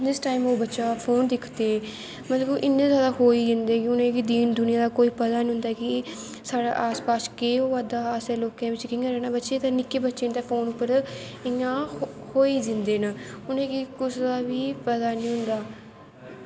जिस टाईम ओह् बच्चा फोन दिखदे मतलव कि इन्ने जादा खोई जंदे कि उनें गी दीन दुनियां दा कोई पता नी होंदा ऐ कि साढ़ै आस पास केह् होआ दा असैं लोकैं खुश कियां रैह्ना ते निक्के बच्चे उंदै फोन पर इयां खोही जंदे न उनेंगी कुसे दा बी पता नी होंदा ऐ